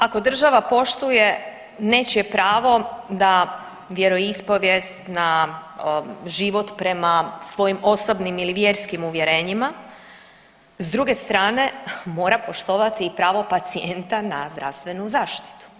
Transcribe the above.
Ako država poštuje nečije pravo da vjeroispovijest na život prema svojim osobnim ili vjerskim uvjerenjima, s druge strane mora poštovati i pravo pacijenta na zdravstvenu zaštitu.